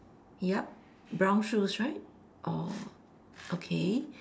yup brown shoes right or okay